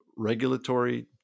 regulatory